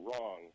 wrong